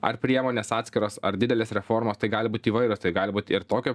ar priemonės atskiros ar didelės reformos tai gali būt įvairios tai gali būt ir tokio